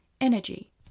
energy